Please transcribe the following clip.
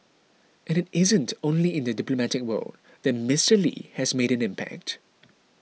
and it isn't only in the diplomatic world that Mister Lee has made an impact